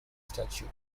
statue